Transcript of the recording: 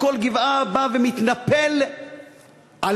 על כל גבעה בא ומתנפל עלינו,